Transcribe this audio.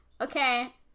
okay